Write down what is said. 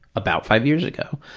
about five years ago,